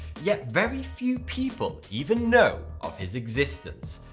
yet very few people even known of his existence.